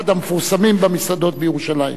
אחד המפורסמים, במסעדות בירושלים,